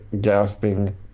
gasping